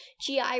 GI